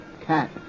cat